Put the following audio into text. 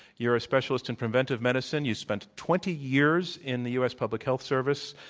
you're a specialist in preventive medicine. you spent twenty years in the u. s. public health service,